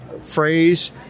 phrase